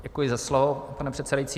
Děkuji za slovo, pane předsedající.